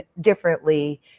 differently